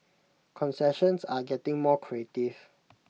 concessions are getting more creative